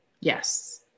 Yes